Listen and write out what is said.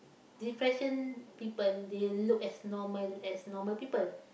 depression people they look as normal as normal people